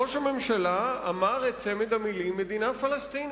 ראש הממשלה אמר את צמד המלים "מדינה פלסטינית".